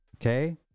Okay